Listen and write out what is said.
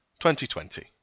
2020